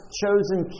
chosen